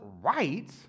right